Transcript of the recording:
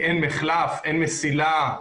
אין מחלף, אין מסילה,